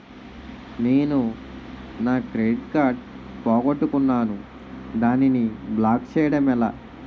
నేను నా credit card పోగొట్టుకున్నాను దానిని బ్లాక్ చేయడం ఎలా?